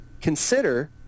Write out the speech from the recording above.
consider